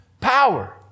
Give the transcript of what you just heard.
power